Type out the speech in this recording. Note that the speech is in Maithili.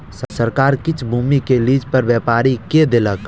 सरकार किछ भूमि के लीज पर व्यापारी के देलक